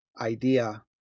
idea